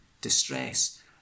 distress